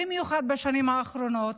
במיוחד בשנים האחרונות,